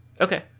okay